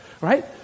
right